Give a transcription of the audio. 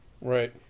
Right